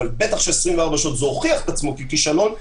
אבל בטח ש-24 שעות זה הוכיח את עצמו ככישלון,